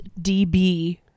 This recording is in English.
DB